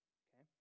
okay